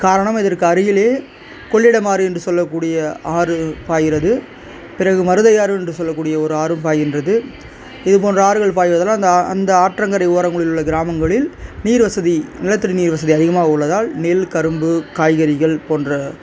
காரணம் இதற்கு அருகிலேயே கொள்ளிடம் ஆறு என்று சொல்லக்கூடிய ஆறு பாய்கிறது பிறகு மருதையாறு என்ற சொல்லக்கூடிய ஒரு ஆறும் பாய்கின்றது இது போன்ற ஆறுகள் பாய்வதால் அந்த ஆ அந்த ஆற்றங்கரை ஓரங்களில் கிராமங்களில் நீர்வசதி நிலத்தடி நீர்வசதி அதிகமாக உள்ளதால் நெல் கரும்பு காய்கறிகள் போன்ற